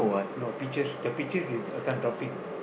no pictures the pictures is uh this one dropping